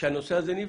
שהנושא הזה נבדק.